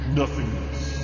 nothingness